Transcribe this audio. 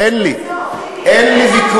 עם כובש בארצו, אין לי, אין לי ויכוח.